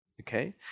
Okay